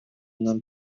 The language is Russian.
нам